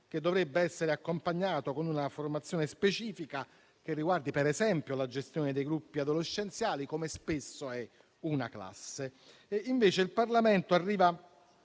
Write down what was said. dovrebbe essere accompagnato da una formazione specifica che riguardi, per esempio, la gestione dei gruppi adolescenziali come spesso è una classe. Il Parlamento, invece,